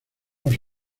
por